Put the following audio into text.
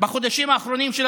של הרשויות בחודשים האחרונים,